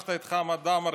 שכחת את חמד עמאר,